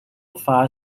fire